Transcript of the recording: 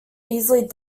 easily